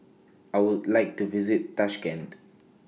I Would like to visit Tashkent